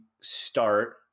start